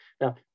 Now